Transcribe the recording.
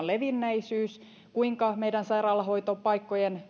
levinneisyys kuinka meidän sairaalahoitopaikkojen